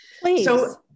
Please